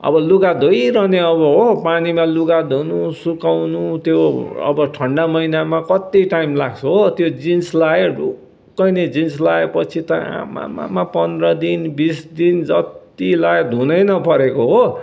अब लुगा धोइरहने अब हो पानीमा लुगा धुनु सुकाउनु त्यो अब ठन्डा महिनामा कत्ति टाइम लाग्छ हो त्यो जिन्स लगायो ढुक्क नि जिन्स लगाएपछि त आम्मामामा पन्ध्र दिन बिस दिन जत्ति लायो धुनै नपरेको हो